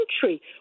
country